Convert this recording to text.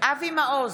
אבי מעוז,